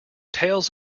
tails